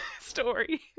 story